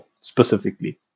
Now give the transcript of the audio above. specifically